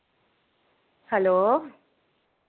hello